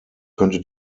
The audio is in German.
könnte